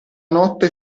notte